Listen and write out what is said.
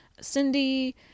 Cindy